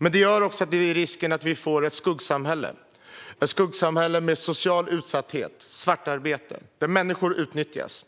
Risken är att det skapas ett skuggsamhälle med social utsatthet och svartarbete. Människor utnyttjas.